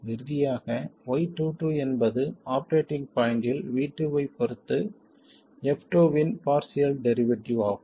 இறுதியாக y22 என்பது operating பாய்ண்ட்டில் V2 ஐப் பொறுத்து f2 இன் பார்சியல் டெரிவேட்டிவ் ஆகும்